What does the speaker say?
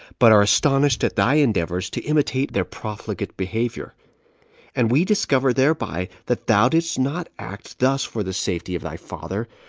but are astonished at thy endeavors to imitate their profligate behavior and we discover thereby that thou didst not act thus for the safety of thy father,